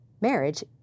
marriage